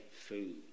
food